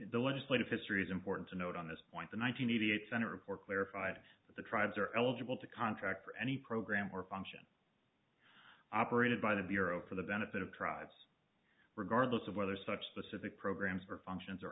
the legislative history is important to note on this point the one hundred eighty eight senate report clarified that the tribes are eligible to contract for any program or function operated by the bureau for the benefit of tribes regardless of whether such specific programs for functions